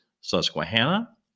Susquehanna